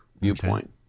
viewpoint